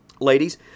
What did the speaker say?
Ladies